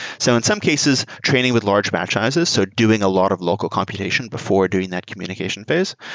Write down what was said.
so in some cases, training with large batch sizes, so doing a lot of local computation before doing that communication phase.